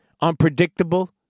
unpredictable